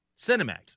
Cinemax